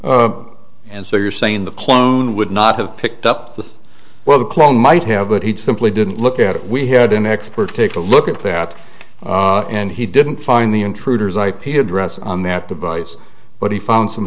space and so you're saying the clone would not have picked up the well the clone might have but he simply didn't look at it we had an expert take a look at that and he didn't find the intruder's ip address on that device but he found some